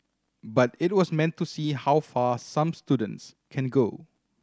but it was meant to see how far some students can go